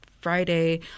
Friday